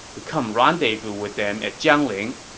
to come rendezvous with them at jiangling.